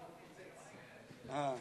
אז,